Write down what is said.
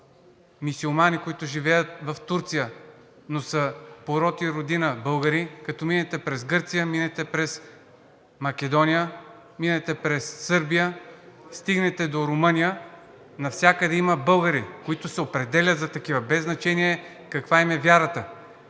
мюсюлмани, които живеят в Турция, но по род и родина са българи, като минете през Гърция, минете през Македония, минете през Сърбия, стигнете до Румъния – навсякъде има българи, които се определят за такива, без значение каква им е вярата.